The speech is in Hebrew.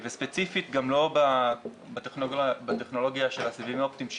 וספציפית גם לא בטכנולוגיה של הסיבים האופטיים,